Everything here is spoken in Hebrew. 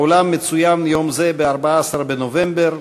בעולם מצוין יום זה ב-14 בנובמבר,